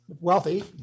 wealthy